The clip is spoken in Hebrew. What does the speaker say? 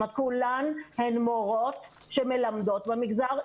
כולן הן מורות שמלמדות במגזר,